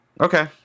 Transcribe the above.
Okay